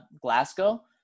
glasgow